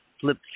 flip